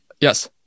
Yes